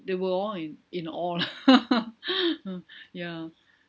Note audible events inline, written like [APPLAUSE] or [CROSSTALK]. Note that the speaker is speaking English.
they were all in in awe lah [LAUGHS] uh ya